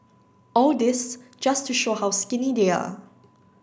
all this just to show how skinny they are